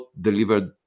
delivered